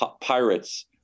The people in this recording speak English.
pirates